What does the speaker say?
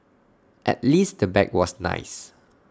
at least the bag was nice